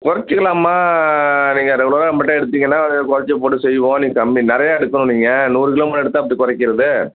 குறைச்சிக்கலாம்மா நீங்கள் ரெகுலராக நம்மள்ட்ட எடுத்தீங்கனால் இது குறைச்சி போட்டு செய்வோம் நீங்கள் கம்மி நிறையா எடுக்கணும் நீங்கள் நூறு கிலோ மட்டும் எடுத்தால் எப்படி குறைக்கிறது